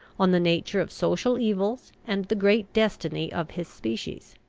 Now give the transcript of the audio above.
on the nature of social evils and the great destiny of his species.